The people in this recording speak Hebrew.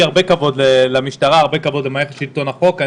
הרבה כבוד למשטרה ולמערכת שלטון החוק.